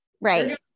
Right